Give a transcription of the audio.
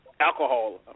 Alcohol